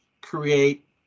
create